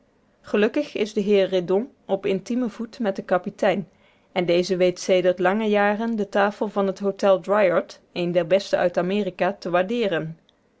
gelukkig is de heer redon op intiemen voet met den kapitein en deze weet sedert lange jaren de tafel van het hotel driard een der beste uit amerika te waardeeren